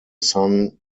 son